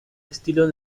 estilo